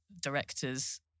directors